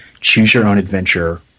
choose-your-own-adventure